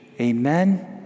Amen